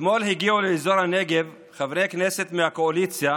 אתמול הגיעו לאזור הנגב חברי כנסת מהקואליציה